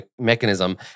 mechanism